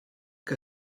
que